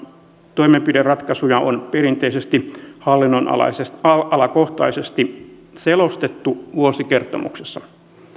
toimenpideratkaisuja on perinteisesti hallinnonalakohtaisesti selostettu vuosikertomuksessa